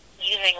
using